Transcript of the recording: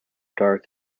dark